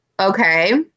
okay